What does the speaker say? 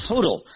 Total